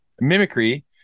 mimicry